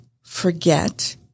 forget